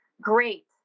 great